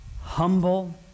humble